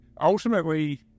ultimately